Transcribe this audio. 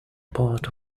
part